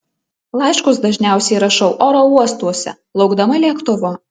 laiškus dažniausiai rašau oro uostuose laukdama lėktuvo